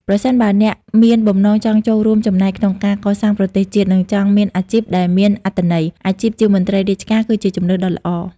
ប្រសិនបើអ្នកមានបំណងចង់ចូលរួមចំណែកក្នុងការកសាងប្រទេសជាតិ និងចង់បានអាជីពដែលមានអត្ថន័យ អាជីពជាមន្ត្រីរាជការគឺជាជម្រើសដ៏ល្អ។